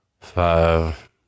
five